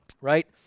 Right